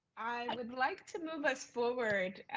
i would like to move us forward.